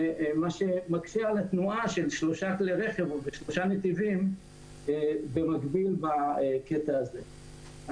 מה שמקשה על התנועה של שלושה כלי רכב בשלושה נתיבים במקביל בקטע הזה.